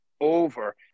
over